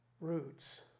roots